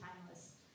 timeless